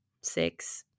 six